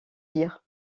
dire